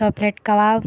do plate kebab